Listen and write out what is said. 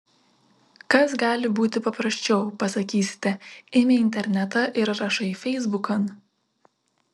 kas gali būti paprasčiau pasakysite imi internetą ir rašai feisbukan